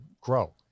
grow